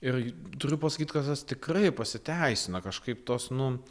ir turiu pasakyt kad as tikrai pasiteisina kažkaip tos nu